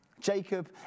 Jacob